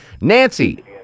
Nancy